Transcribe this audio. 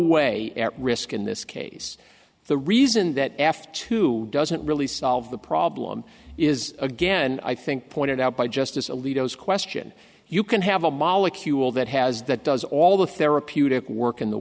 way at risk in this case the reason that after two doesn't really solve the problem is again i think pointed out by justice alito is question you can have a molecule that has that does all the therapeutic work in the